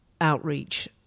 outreach